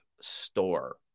store